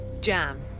Jam